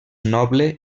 noble